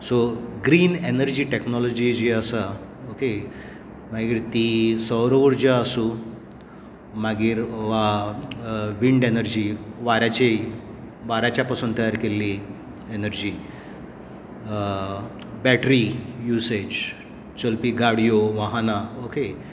so green energy technology जी आसा okay मागीर ती सौर उर्जा आसूं मागीर वा विंड एनर्जी वाऱ्याची वाऱ्याच्या पासून तयार केल्ली एनर्जी बॅटरी युसेज चलपी गाडयो वाहनां ओके